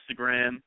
Instagram